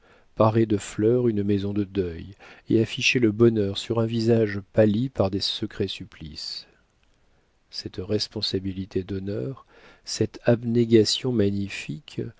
parer de fleurs une maison de deuil et afficher le bonheur sur un visage pâli par de secrets supplices cette responsabilité d'honneur cette abnégation magnifique